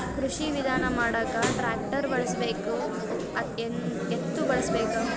ಕೃಷಿ ವಿಧಾನ ಮಾಡಾಕ ಟ್ಟ್ರ್ಯಾಕ್ಟರ್ ಬಳಸಬೇಕ, ಎತ್ತು ಬಳಸಬೇಕ?